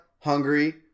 Hungary